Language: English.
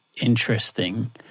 interesting